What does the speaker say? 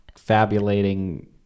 fabulating